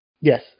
Yes